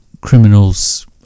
criminals